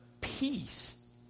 peace